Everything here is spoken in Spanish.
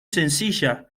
sencilla